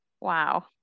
Wow